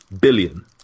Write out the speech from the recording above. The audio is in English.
billion